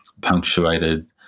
punctuated